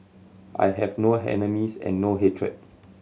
I have no enemies and no hatred